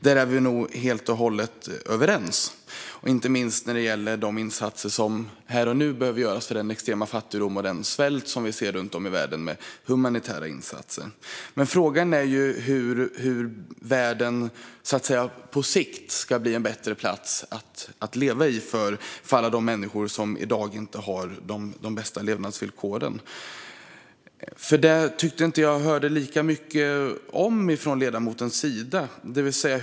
Där är vi nog helt och hållet överens, inte minst när det gäller de humanitära insatser som behöver göras här och nu för att mota den extrema fattigdom och svält som vi ser runt om i världen. Men frågan är hur världen på sikt ska bli en bättre plats att leva på för alla de människor som i dag inte har de bästa levnadsvillkoren. Det tyckte jag inte att jag hörde lika mycket om från ledamotens sida.